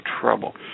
trouble